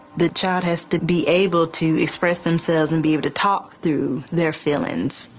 the child has to be able to express themselves and be able to talk through their feelings.